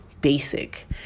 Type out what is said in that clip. basic